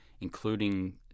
including